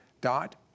dot